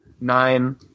Nine